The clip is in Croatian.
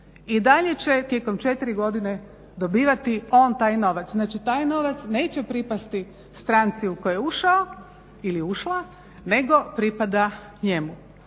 i dalje će tijekom četiri godine dobivati on taj novac. Znači, taj novac neće pripasti stranci u koju je ušao ili ušla, nego pripada njemu.